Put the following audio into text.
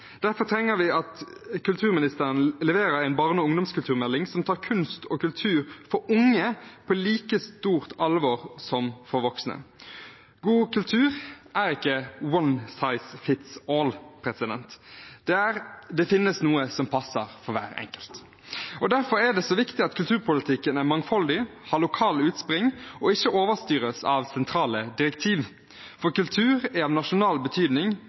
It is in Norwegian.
Derfor trenger vi at kulturministeren leverer en barne- og ungdomskulturmelding som tar kunst og kultur for unge på like stort alvor som for voksne. God kultur er ikke «one size fits all». Det finnes noe som passer for hver enkelt. Derfor er det så viktig at kulturpolitikken er mangfoldig, har lokale utspring og ikke overstyres av sentrale direktiver. Kultur er av nasjonal betydning